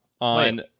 on-